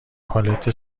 پالت